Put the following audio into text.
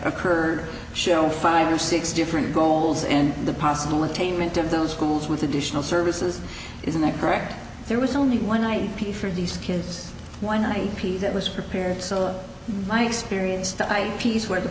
occurred show five or six different goals and the possible attainment of those schools additional services isn't that correct there was only one i pay for these kids why not a p that was prepared so my experience that i piece where the